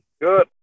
good